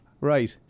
Right